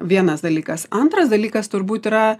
vienas dalykas antras dalykas turbūt yra